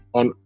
on